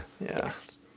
yes